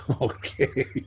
Okay